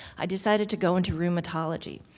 i decided to go into rheumatology.